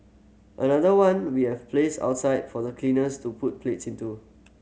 another one we have placed outside for the cleaners to put plates into